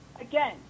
Again